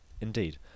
Indeed